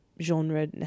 genre